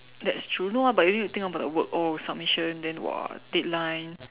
that's true no ah but you need to think about the work oh submission that !wah! deadline